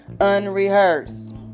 unrehearsed